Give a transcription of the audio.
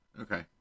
Okay